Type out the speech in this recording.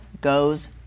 goes